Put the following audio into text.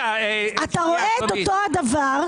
אתה רואה את אותו הדבר,